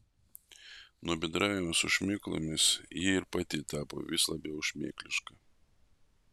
nuo bendravimo su šmėklomis ji ir pati tapo vis labiau šmėkliška